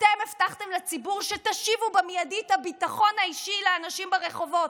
אתם הבטחתם לציבור שתשיבו מיידית את הביטחון האישי לאנשים ברחובות.